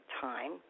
time